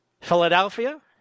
Philadelphia